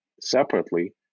separately